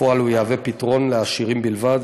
בפועל הוא יהווה פתרון לעשירים בלבד,